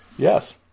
Yes